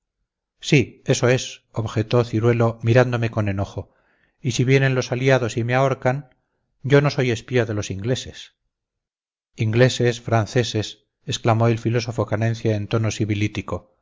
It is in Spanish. sí eso es objetó ciruelo mirándome con enojo y si vienen los aliados y me ahorcan yo no soy espía de los ingleses ingleses franceses exclamó el filósofo canencia en tono